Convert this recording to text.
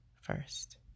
first